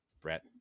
Brett